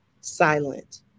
silent